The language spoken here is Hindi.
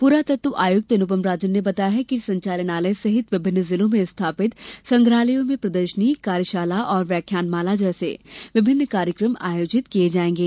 पुरातत्व आयुक्त अनुपम राजन ने बताया है कि संचालनालय सहित विभिन्न जिलों में स्थापित संग्रहालयों में प्रदर्शनी कार्यशाला और व्याख्यान माला जैसे विभिन्न कार्यक्रम आयोजित किये जायेंगे